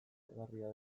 kaltegarria